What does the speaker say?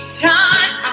time